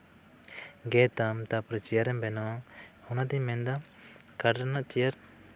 ᱜᱮᱫ ᱟᱢ ᱛᱟᱨᱯᱚᱨ ᱪᱮᱭᱟᱨᱮᱢ ᱵᱮᱱᱟᱣᱟ ᱚᱱᱟᱛᱮᱧ ᱢᱮᱱᱫᱟ ᱠᱟᱴᱷ ᱨᱮᱭᱟᱜ ᱪᱮᱭᱟᱨ